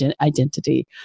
identity